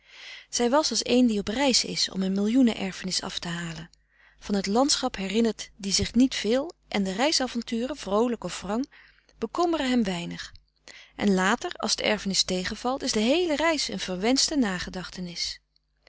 zij was als een die op reis is om een millioenen erfenis af te halen van het landschap herinnert die zich niet veel en de reis avonturen vroolijk of wrang bekommeren hem weinig en later als de erfenis tegenvalt is de heele reis een verwenschte nagedachtenis